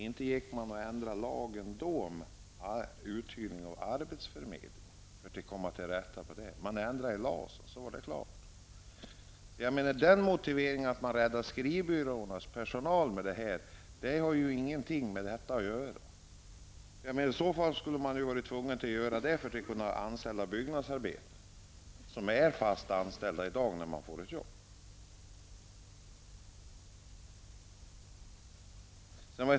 Inte ändrade man lagen om uthyrning av arbetskraft för att komma till rätta med detta. Man ändrade i LAS och så var det klart. Motiveringen att man räddar skrivbyråernas personal med detta har ingenting med det här förslaget att göra. I så fall hade man varit tvungen att göra samma sak för att kunna anställa byggnadsarbetare, vilka är fast anställda i dag när de får ett jobb.